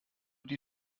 die